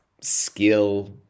skill